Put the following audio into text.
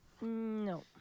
no